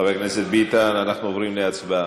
חבר הכנסת ביטן, אנחנו עוברים להצבעה.